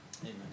Amen